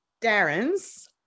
Darren's